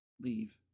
leave